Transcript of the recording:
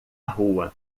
rua